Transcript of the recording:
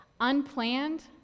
unplanned